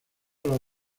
los